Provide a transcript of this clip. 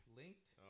linked